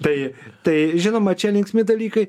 tai tai žinoma čia linksmi dalykai